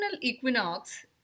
equinox